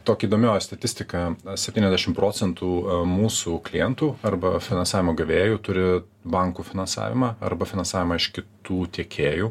toki įdomioji statistika septyniasdešim procentų mūsų klientų arba finansavimo gavėjų turi bankų finansavimą finansavimą iš kitų tiekėjų